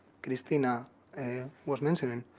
christina was mentioning.